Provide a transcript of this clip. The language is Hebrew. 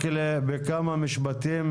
בבקשה, בכמה משפטים,